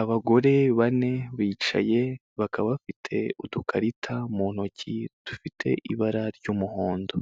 Abagore bane bicaye bakaba bafite udukarita mu ntoki dufite ibara ry'umuhondo.